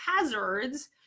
hazards